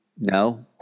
No